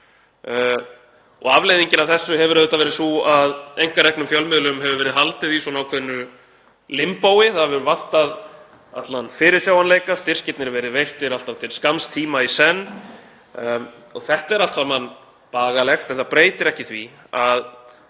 og afleiðingin af þessu hefur auðvitað verið sú að einkareknum fjölmiðlum hefur verið haldið í ákveðnu limbói. Það hefur vantað allan fyrirsjáanleika, styrkirnir verið veittir til skamms tíma í senn. Þetta er allt saman bagalegt en það breytir ekki því að